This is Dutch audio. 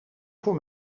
voor